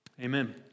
Amen